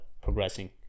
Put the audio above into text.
progressing